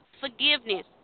Forgiveness